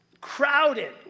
crowded